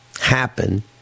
happen